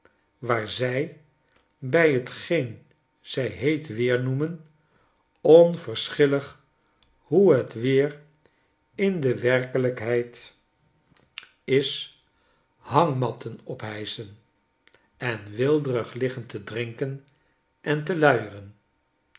waar zij bij t geen zij heet weer noemen onverschillig hoe het weer in de werkelijkheid is hangmatten ophyschen en weelderig liggen te drinken en te luieren